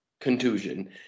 Contusion